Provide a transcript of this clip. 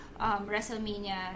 WrestleMania